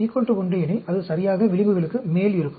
α 1 எனில் அது சரியாக விளிம்புகளுக்கு மேல் இருக்கும்